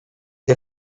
the